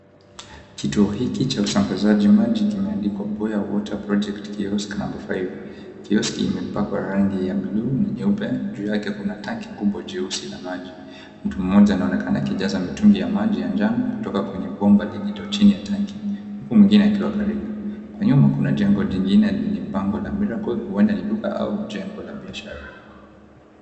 Kituo hiki cha usambazaji maji kimeandikwa Mboya water project kiosk number 5,kioski imepakwa rangi ya blu na nyeupe juu yake kuna tenki kubwa jeusi la maji, mtu mmoja anaonekana akijaza mitungi ya maji ya njano kutoka kwenye bomba lilicho chini ya tanki huyu mwingine akiwa karibu kwa nyuma, kuna jengo jingine lenye bango la Miracle huenda ni duka au jengo la biashara.